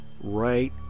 right